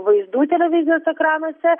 vaizdų televizijos ekranuose